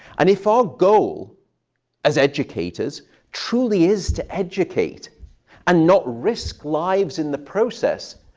and if our goal as educators truly is to educate and not risk lives in the process,